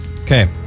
okay